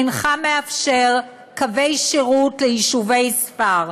אינך מאפשר קווי שירות ליישובי ספר?